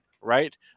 right